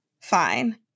fine